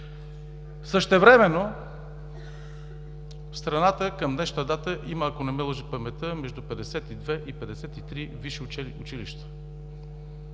Същевременно в страната към днешната дата има, ако не ме лъже паметта, между 52 и 53 висши училища.